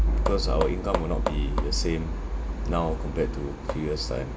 cause our income will not be the same now compared to few year's time